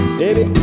baby